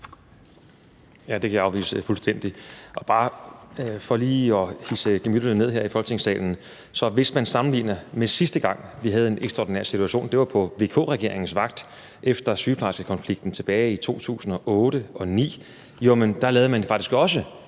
Ja, det kan jeg afvise fuldstændigt, og bare for lige at dæmpe gemytterne her i Folketingssalen: Hvis man sammenligner med sidste gang, vi havde en ekstraordinær situation – det var på VK-regeringens vagt efter sygeplejerskekonflikten tilbage i 2008 og 2009 – så lavede man faktisk også